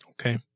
Okay